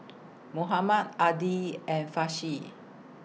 Muhammad Adi and Farish